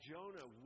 Jonah